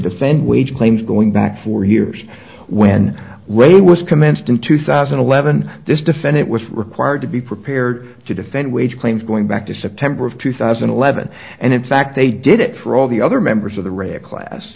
defend wage claims going back four years when way was commenced in two thousand and eleven this defendant was required to be prepared to defend wage claims going back to september of two thousand and eleven and in fact they did it for all the other members of the re a class